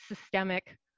systemic